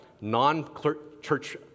non-church